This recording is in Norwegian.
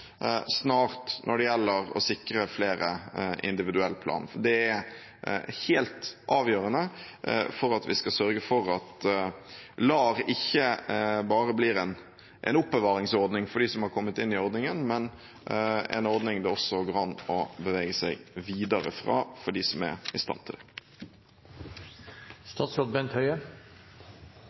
snart når det gjelder å sikre flere individuell plan. Det er helt avgjørende for at vi skal sørge for at LAR ikke bare blir en oppbevaringsordning for dem som har kommet inn i ordningen, men en ordning det også går an å bevege seg videre fra for dem som er i stand til